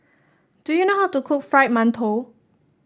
do you know how to cook Fried Mantou